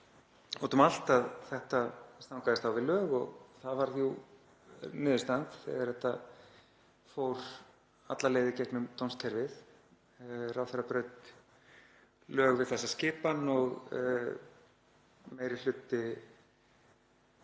um allt, að þetta stangaðist á við lög og það varð jú niðurstaðan þegar þetta fór alla leið í gegnum dómskerfið. Ráðherra braut lög við þessa skipan og meiri hluti